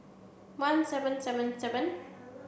one seven seven seven